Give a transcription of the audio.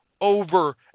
over